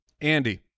Andy